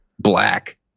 black